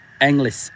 english